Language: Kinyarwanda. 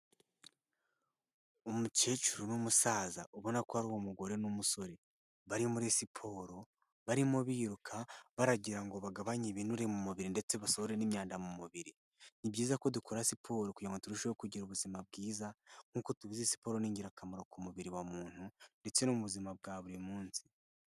Umukecuru n'umusaza ubona ko ari umugore n'umusore, bari muri siporo barimo biruka baragira ngo bagabanye ibinure mu mubiri ndetse basohore n'imyanda mu mubiri, Ni byiza ko dukora siporo kugira ngo turusheho kugira ubuzima bwiza nk'uko tubizi siporo n'ingirakamaro ku mubiri wa muntu ndetse no mu buzima bwa buri munsi.